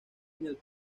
milita